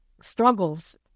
struggles